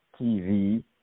TV